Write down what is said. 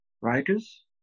writers